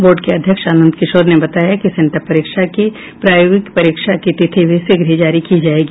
board के अध्यक्ष आनंद किशोर ने बताया कि सेंटअप परीक्षा की प्रायोगिक परीक्षा की तिथि भी शीघ्र ही जारी की जायेगी